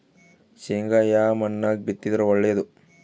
ಶೇಂಗಾ ಯಾ ಮಣ್ಣಾಗ ಬಿತ್ತಿದರ ಒಳ್ಳೇದು?